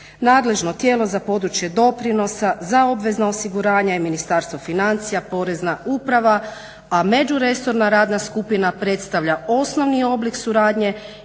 Nadležno tijelo za područje doprinosa za obvezna osiguranja je Ministarstvo financija Porezna uprava, a međuresorna radna skupina predstavlja osnovni oblik suradnje